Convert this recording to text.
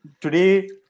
Today